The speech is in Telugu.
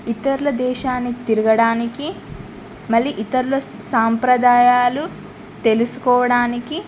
ఇతరుల దేశాన్ని తిరగడానికి మళ్ళీ ఇతరుల సాంప్రదాయాలు తెలుసుకోవడానికి